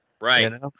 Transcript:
right